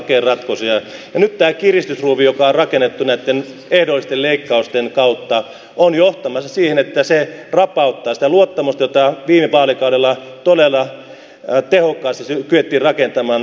nyt tämä kiristysruuvi joka on rakennettu näitten ehdollisten leikkausten kautta on johtamassa siihen että se rapauttaa sitä luottamusta jota viime vaalikaudella todella tehokkaasti kyettiin rakentamaan